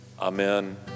Amen